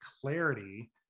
clarity